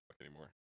anymore